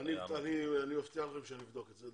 אני מבטיח לכם שאני אבדוק את זה.